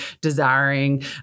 desiring